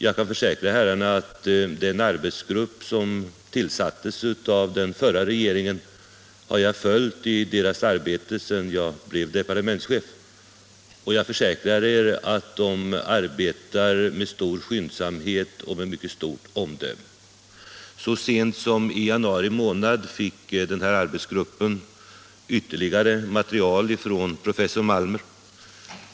Jag kan försäkra herrarna att beträffande den arbetsgrupp som tillsattes av den förra regeringen har jag följt gruppens arbete sedan jag blev departementschef, och jag försäkrar att man där arbetar med stor skyndsamhet och med mycket stort omdöme. Så sent som i januari månad fick arbetsgruppen ytterligare material från professor Malmer.